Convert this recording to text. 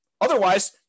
Otherwise